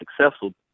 successful